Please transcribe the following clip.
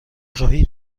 خواهید